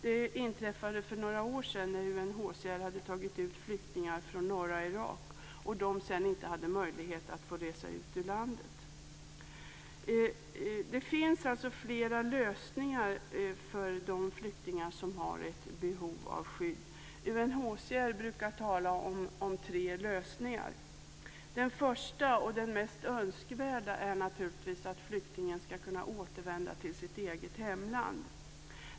Det inträffade för några år sedan när UNHCR hade tagit ut flyktingar från norra Irak. De hade sedan inte möjlighet att resa ut ur landet. Det finns alltså flera lösningar för de flyktingar som har ett behov av skydd. UNHCR brukar tala om tre lösningar. Den första och mest önskvärda är naturligtvis att flyktingar ska kunna återvända till sitt eget hemland.